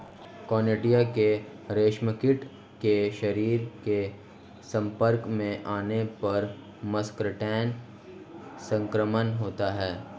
conidia के रेशमकीट के शरीर के संपर्क में आने पर मस्करडाइन संक्रमण होता है